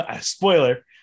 spoiler